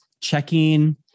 checking